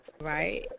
Right